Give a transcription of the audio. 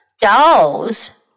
Dolls